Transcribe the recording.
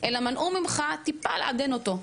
אלא מנעו ממך טיפה לעדן אותו.